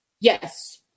Yes